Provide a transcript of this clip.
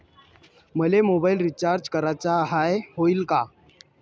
मले mobile recharge कराचा हाय, होईनं का?